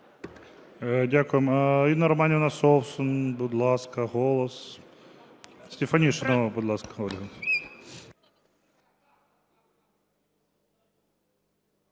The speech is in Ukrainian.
Дякуємо. Інна Романівна Совсун, будь ласка, "Голос". Стефанишина, будь ласка, Ольга.